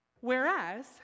Whereas